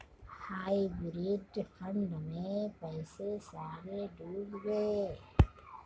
hybrid fund में पैसे सारे डूब गए